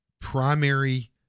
primary